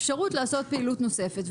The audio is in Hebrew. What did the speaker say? אפשרות לעשות פעילות נוספת.